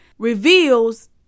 reveals